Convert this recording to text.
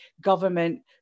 government